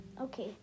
Okay